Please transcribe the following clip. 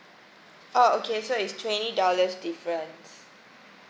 oh okay so it's twenty dollars difference